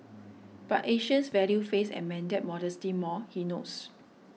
but Asians value face and mandate modesty more he notes